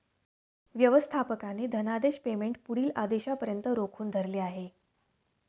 व्यवस्थापकाने धनादेश पेमेंट पुढील आदेशापर्यंत रोखून धरले आहे